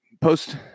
post